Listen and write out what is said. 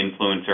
influencer